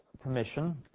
permission